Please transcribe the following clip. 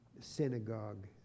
synagogue